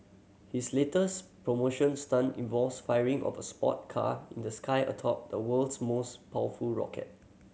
his latest promotion stunt involves firing off a sport car in the sky atop the world's most powerful rocket